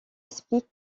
explique